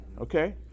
okay